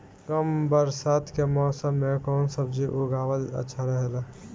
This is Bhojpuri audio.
कम बरसात के मौसम में कउन सब्जी उगावल अच्छा रहेला?